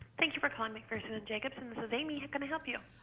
thank you for calling mcpherson and jacobson. this is amy, how can i help you?